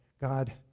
God